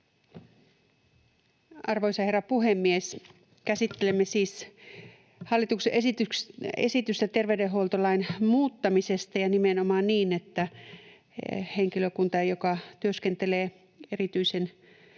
Arvoisa herra puhemies! Käsittelemme siis hallituksen esitystä tartuntatautilain muuttamisesta niin, että henkilökunnalla, joka työskentelee nimenomaan